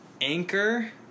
Anchor